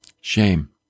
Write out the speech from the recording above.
Shame